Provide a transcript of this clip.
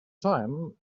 time